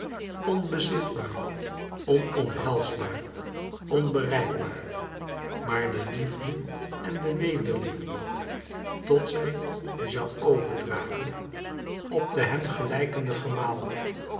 onbezitbaar onomhelsbaar onbereikbaar maar de liefde en de wederliefde tot zij die zoû over dragen op den hèm gelijkenden